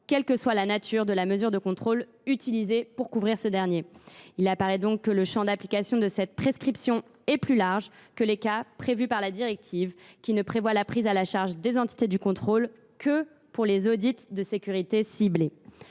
quelle que soit la nature de la mesure de contrôle utilisée pour découvrir ce dernier. Il apparaît donc que le champ d’application de cette prescription est plus large que les cas prévus par la directive NIS 2, qui ne prévoit la prise en charge par les entités du contrôle qu’en cas d’audits de sécurité ciblés.